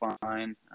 fine